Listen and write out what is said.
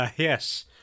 Yes